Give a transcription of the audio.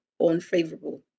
Unfavorable